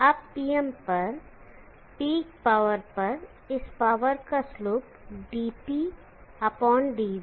अब Pm पर peak power पर इस पावर का स्लोप dpdv 0 है